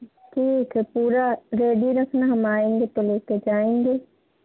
ठीक है पूरा रेडी रखना हम आएँगे तो लेकर जाएँगे